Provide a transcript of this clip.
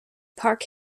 park